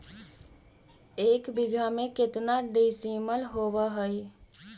एक बीघा में केतना डिसिमिल होव हइ?